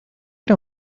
era